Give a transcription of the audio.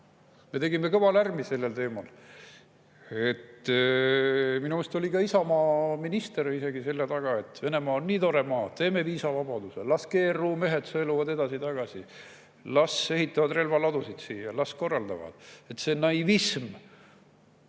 Me tegime kõva lärmi sellel teemal. Minu meelest oli isegi Isamaa minister selle taga, et Venemaa on nii tore maa, teeme viisavabaduse, las GRU mehed sõeluvad edasi-tagasi. Las ehitavad relvaladusid siia, las korraldavad. See naivism